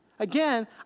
Again